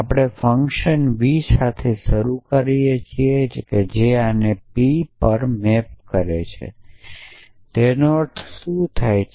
આપણે function v સાથે શરૂ કરીએ છીએ જે આને p પર મૅપ કરે છે તેનો અર્થ શું થાય છે